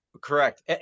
correct